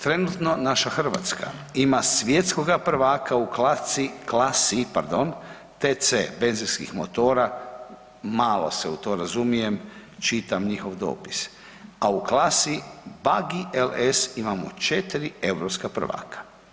Trenutno naša Hrvatska ima svjetskoga prvaka u klasci, klasi, pardon TC benzinskih motora, malo se u to razumijem, čitam njihov dopis, a u klasi pagi LS imamo 4 europska prvaka.